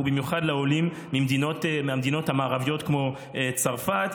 במיוחד לעולים מהמדינות המערביות כמו צרפת.